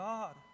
God